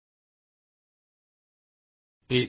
1